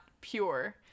pure